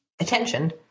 attention